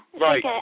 Right